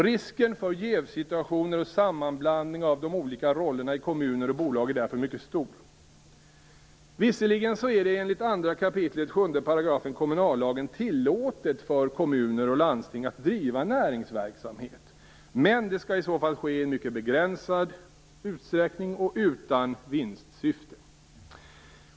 Risken för jävssituationer och sammanblandning av de olika rollerna i kommuner och bolag är därför mycket stor. Visserligen är det enligt 2 kap. 7 § kommunallagen tillåtet för kommuner och landsting att driva näringsverksamhet, men det skall i så fall ske i en mycket begränsad utsträckning och utan vinstsyfte.